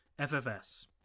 FFS